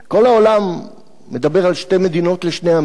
כל העולם מדבר על שתי מדינות לשני עמים,